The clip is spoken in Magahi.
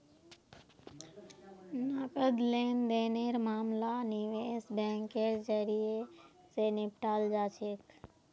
नकद लेन देनेर मामला निवेश बैंकेर जरियई, स निपटाल जा छेक